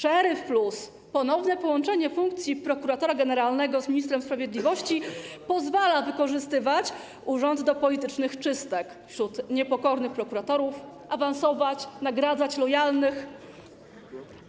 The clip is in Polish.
Szeryf+ oznacza ponowne połączenie funkcji prokuratora generalnego i ministra sprawiedliwości, co pozwala wykorzystywać urząd do politycznych czystek wśród niepokornych prokuratorów, awansować, nagradzać lojalnych,